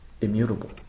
immutable